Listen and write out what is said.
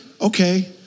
okay